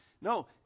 no